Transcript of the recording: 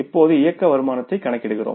இப்போது இயக்க வருமானத்தை கணக்கிடுகிறோம்